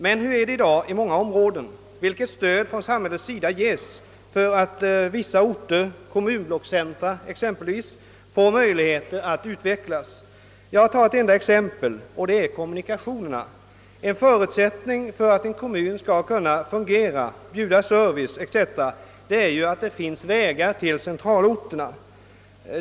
Men hur är det i dag i många områden? Vilket stöd ges från samhällets sida för att vissa orter, kommunblockscentra exempelvis, skall få möjlighet att utvecklas? Jag vill ta ett enda exempel, kommunikationerna. En förutsättning för att en kommun skall kunna fungera, bjuda service etc., är att det finns vägar till centralorterna.